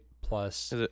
Plus